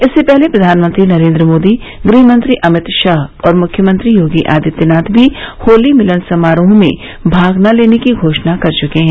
इससे पहले प्रधानमंत्री नरेंद्र मोदी गृह मंत्री अमित शाह और मुख्यमंत्री योगी आदित्यनाथ भी होली मिलन समारोहों में भाग न लेने की घोषणा कर चुके हैं